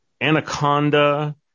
anaconda